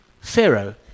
Pharaoh